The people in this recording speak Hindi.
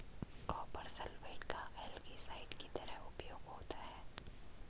कॉपर सल्फेट का एल्गीसाइड की तरह उपयोग होता है